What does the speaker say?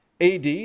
AD